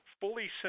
fully